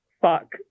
fuck